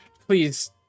Please